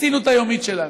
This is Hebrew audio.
עשינו את היומית שלנו.